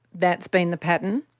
that's been the pattern?